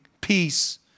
peace